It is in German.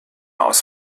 aus